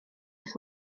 wrth